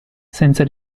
senza